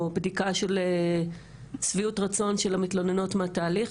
או בדיקה של שביעות רצון של המתלוננות מהתהליך,